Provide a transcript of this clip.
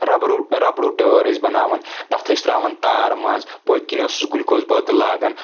رَبروٗ رَبروٗ ٹٲر ٲسۍ بناوَان تَتھ ٲسۍ ترٛاوَان تار منٛز پٔتۍ کِنۍ اوسُس گُلۍ کوٗز بٲتٕل لاگَان